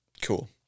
Cool